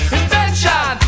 Invention